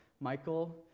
Michael